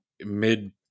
mid